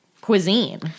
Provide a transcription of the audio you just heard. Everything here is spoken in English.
cuisine